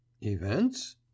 events